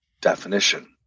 definition